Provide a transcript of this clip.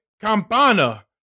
Campana